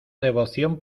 devoción